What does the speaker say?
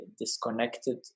disconnected